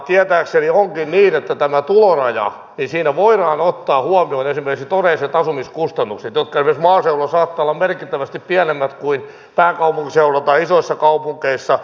tietääkseni onkin niin että tässä tulorajassa voidaan ottaa huomioon esimerkiksi todelliset asumiskustannukset jotka esimerkiksi maaseudulla saattavat olla merkittävästi pienemmät kuin pääkaupunkiseudulla tai isoissa kaupungeissa